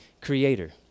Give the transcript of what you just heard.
creator